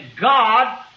God